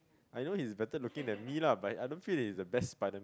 I know he's better looking than me lah but I don't feel that he's the best Spiderman